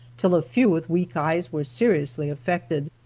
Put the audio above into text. till a few with weak eyes were seriously affected.